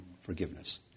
forgiveness